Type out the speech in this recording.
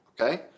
okay